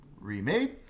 remade